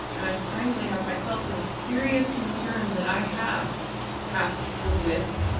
and i frankly have myself, and the serious concerns that i have have to do with